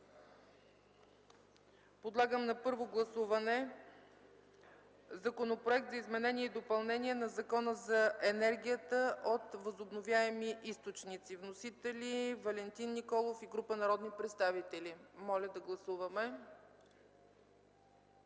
Подлагам на първо гласуване Законопроект за изменение и допълнение на Закона за енергията от възобновяеми източници. Вносители са Валентин Николов и група народни представители. Моля да гласуваме.